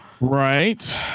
right